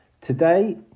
Today